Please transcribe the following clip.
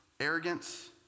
Arrogance